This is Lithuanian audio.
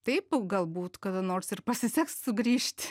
taip galbūt kada nors ir pasiseks sugrįžt